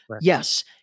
Yes